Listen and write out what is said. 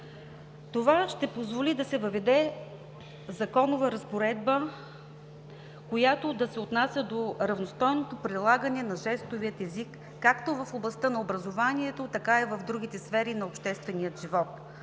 Това ще позволи да се въведе законова разпоредба, която да се отнася до равностойното прилагане на жестовия език както в областта на образованието, така и в другите сфери на обществения живот.